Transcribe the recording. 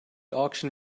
auction